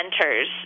centers